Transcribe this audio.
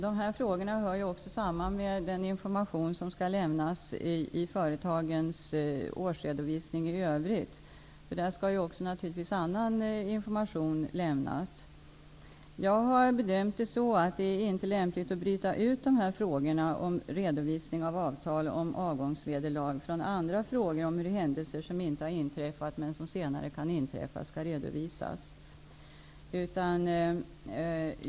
De här frågorna hör ju också samman med den information som i övrigt skall lämnas i företagens årsredovisning. Där skall ju naturligtvis även annan information lämnas. Jag har bedömt det så, att det inte är lämpligt att bryta ut de här frågorna om redovisning av avtal om avgångsvederlag från andra frågor om hur händelser som inte har inträffat men som senare kan inträffa skall redovisas.